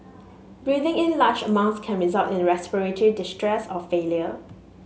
breathing in large amounts can result in respiratory distress or failure